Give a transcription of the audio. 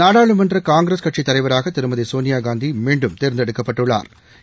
நாடாளுமன்றகாங்கிரஸ் கட்சித் தலைவராகதிருமதிசோனியாகாந்திமீன்டும் தோ்ந்தெடுக்கப்பட்டுள்ளாா்